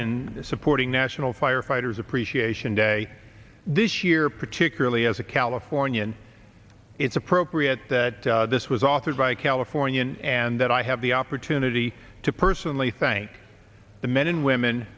in supporting national firefighters appreciation day this year particularly as a californian it's appropriate that this was authored by a californian and that i have the opportunity to personally thank the men and women